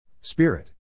Spirit